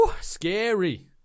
scary